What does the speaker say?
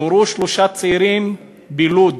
נורו שלושה צעירים בלוד,